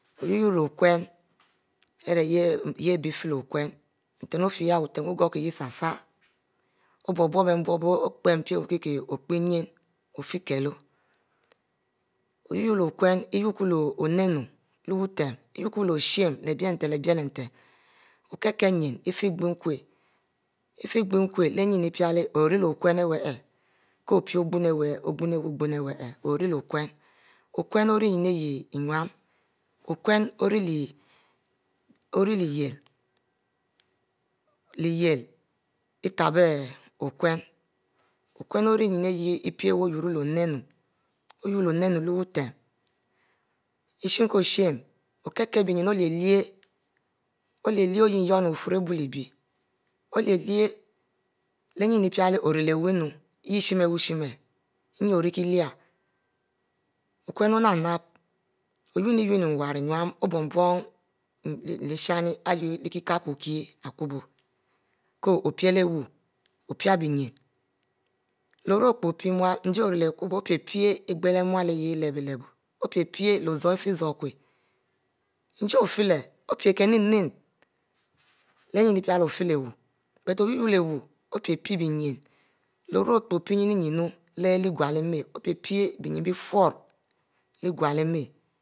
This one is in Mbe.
Oyoyri-yoyri leh okurn nten ofie yah butem wugho kiehyah sar sar obub bie bubo ari ko pic ofie kiehu oyoyro leh olaum iyuku oninu leh wutem okiele kie nyin ifie gonkur ku leh nyin ori-ori leh okum wu kopic ogumu yah wu okum ori yieh leh itebo okum oyeh leh yieh leh itebo okum okume ori nyin ipie wu oyurro leh oninu butem ishe ko shin okie kielo bie nyin olie-lie oyem bifrorro ari bie leh bie olie-lie leh nyin picle ori leh wu nyin picle ori leh wu nu yeh shi thich neh nyin picle ori wu innu leh butem ishiko shine okike bie nyin olie-lie oyenn biefurro ari bie lelibie olie nyin piele ori wu nnu yah shine innu ori lie okum o nap nap ununi nwarr innu obubu m ishani leh irikie kokie akubo ko pillo wu opie nyin uh oru epie muhu opie-pie isbelo muu yah ilep leh opie pie leh zoro ifie zoroku njie otie le opie kumune leh nnu i picle ofie wu but oyuwrro leh wu pie ari pic innu opie igo leh ema opie-pic bie nyin biefurro igoleh ema